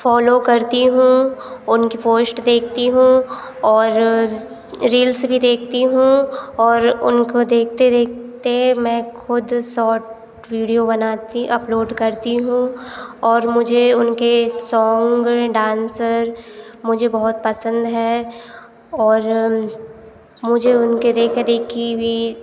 follow करती हूँ उनकी पोस्ट देखती हूँ और रिल्स भी देखती हूँ और उनको देखते देखते खुद सट विडिओ बनाती अपलोड करती हूँ और मुझे उनके सोंग डांसर मुझे बहुत पसंद है और मुझे उनके देखा देखि इ वि